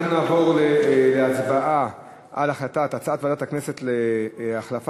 אנחנו נעבור להצבעה על הצעת ועדת הכנסת לתקן,